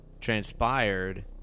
transpired